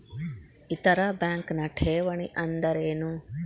ಇತರ ಬ್ಯಾಂಕ್ನ ಠೇವಣಿ ಅನ್ದರೇನು?